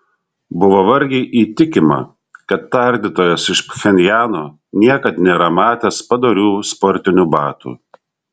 buvo vargiai įtikima kad tardytojas iš pchenjano niekad nėra matęs padorių sportinių batų